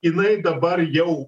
jinai dabar jau